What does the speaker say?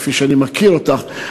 וכפי שאני מכיר אותך,